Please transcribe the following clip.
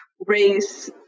race